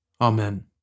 Amen